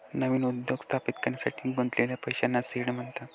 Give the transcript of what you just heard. नवीन उद्योग स्थापित करण्यासाठी गुंतवलेल्या पैशांना सीड म्हणतात